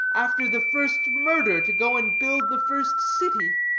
after the first murder, to go and build the first city?